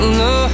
no